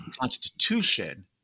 constitution